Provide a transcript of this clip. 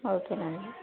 ఓకేనండి